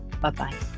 bye-bye